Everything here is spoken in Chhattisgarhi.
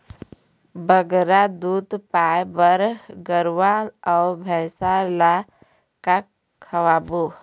बगरा दूध पाए बर गरवा अऊ भैंसा ला का खवाबो?